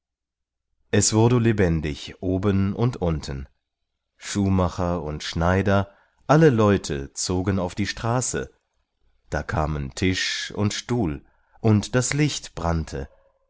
es wurde lebendig oben und unten schuhmacher und schneider alle leute zogen auf die straße da kamen tisch und stuhl und das licht brannte